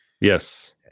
Yes